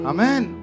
Amen